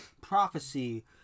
Prophecy